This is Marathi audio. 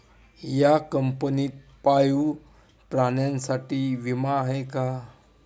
या कंपनीत पाळीव प्राण्यांसाठी विमा आहे का?